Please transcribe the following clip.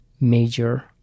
major